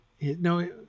no